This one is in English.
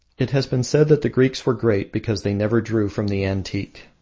it has been said that the greeks were great because they never drew from the antique.